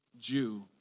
Jew